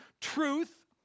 truth